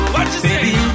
Baby